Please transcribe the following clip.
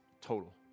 total